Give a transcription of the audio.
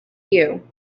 you